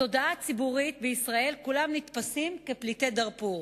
בתודעה הציבורית בישראל כולם נתפסים כפליטי דארפור,